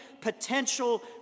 potential